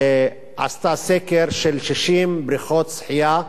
עשתה סקר של 60 בריכות שחייה,